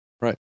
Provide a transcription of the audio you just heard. Right